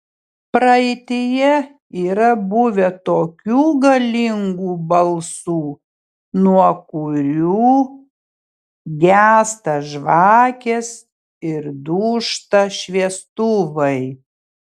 praeityje yra buvę tokių galingų balsų nuo kurių gęsta žvakės ir dūžta šviestuvai